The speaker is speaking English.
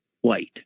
White